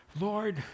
Lord